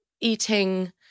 eating